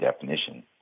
definition